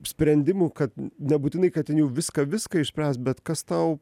sprendimų kad nebūtinai kad ten jau viską viską išspręs bet kas tau